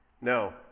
No